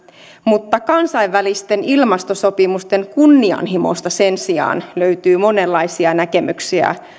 mutta kansainvälisten ilmastosopimusten kunnianhimosta sen sijaan löytyy monenlaisia näkemyksiä